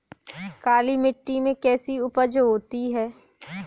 काली मिट्टी में कैसी उपज होती है?